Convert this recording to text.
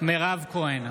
מירב כהן,